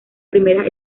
primeras